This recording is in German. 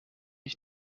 ich